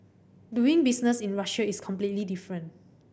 doing business in Russia is completely different